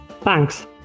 Thanks